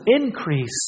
increase